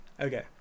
Okay